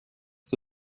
que